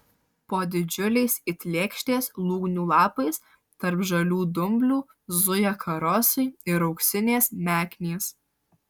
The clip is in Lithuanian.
po didžiuliais it lėkštės lūgnių lapais tarp žalių dumblių zuja karosai ir auksinės meknės